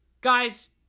Guys